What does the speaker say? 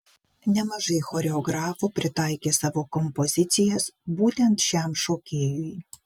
nemažai choreografų pritaikė savo kompozicijas būtent šiam šokėjui